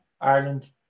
Ireland